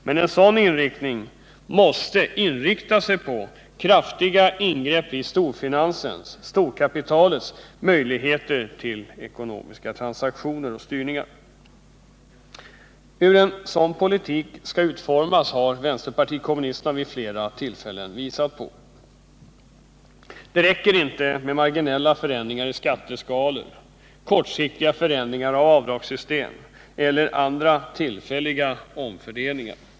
Men en sådan inriktning måste gå ut på kraftiga ingrepp i storfinansens, storkapitalets, möjligheter till ekonomiska transaktioner och styrningar. Hur en sådan politik skall utformas har vpk vid flera tillfällen visat. Det räcker inte med marginella förändringar i skatteskalor, kortsiktiga förändringar av avdragssystem eller andra tillfälliga omfördelningar.